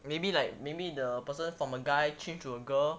maybe like maybe the person from a guy change to a girl